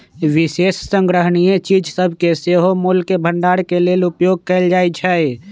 विशेष संग्रहणीय चीज सभके सेहो मोल के भंडारण के लेल उपयोग कएल जाइ छइ